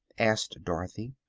asked dorothy.